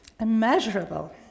immeasurable